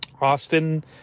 Austin